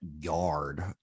yard